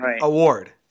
award